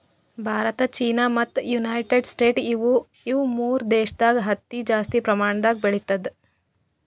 Bharat China ಮತ್ತ್ United States ಇವ್ ಮೂರ್ ದೇಶದಾಗ್ ಹತ್ತಿ ಜಾಸ್ತಿ ಪ್ರಮಾಣದಾಗ್ ಬೆಳಿತದ್